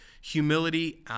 humility